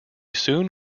soon